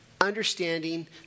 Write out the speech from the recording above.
understanding